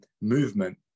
movement